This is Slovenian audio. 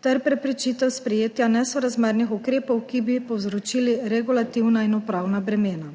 ter preprečitev sprejetja nesorazmernih ukrepov, ki bi povzročili regulativna in upravna bremena.